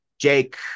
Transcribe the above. Jake